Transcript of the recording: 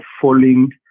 falling